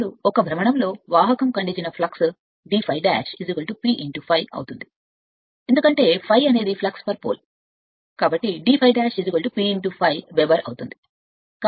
ఇప్పుడు ఒక భ్రమణం లో వాహకానికి ఫ్లక్స్ కట్ d ∅' P ∅ అవుతుంది ఎందుకంటే ∅ ధ్రువానికి ఫ్లక్స్ కాబట్టి d ∅' P ∅ వెబెర్ అవుతుంది